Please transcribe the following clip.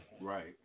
Right